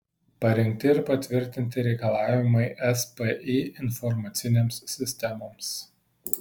parengti ir patvirtinti reikalavimai spį informacinėms sistemoms